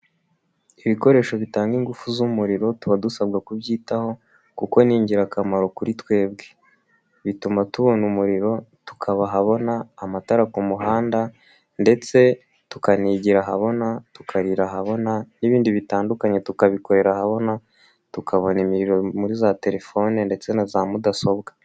Ibikoresho bitanga ingufu z'umuriro, tuba dusabwa kubyitaho kuko ni ingirakamaro kuri twebwe. Bituma tubona umuriro tukaba ahabona, amatara ku muhanda, ndetse tukanigira ahabona, tukarira ahabona, n'ibindi bitandukanye tukabikorera ahabona, tukabona muri za telefone ndetse na za mudasobwa.